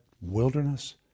wilderness